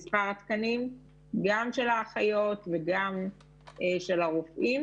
מספר התקנים, גם של האחיות וגם של הרופאים.